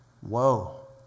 Whoa